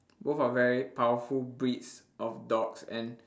both are very powerful breeds of dogs and